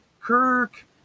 Kirk